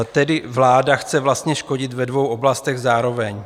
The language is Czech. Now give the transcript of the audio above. Tedy vláda chce vlastně škodit ve dvou oblastech zároveň.